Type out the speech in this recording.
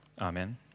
Amen